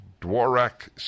Dvorak